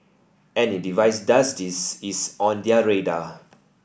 any device does this is on their radar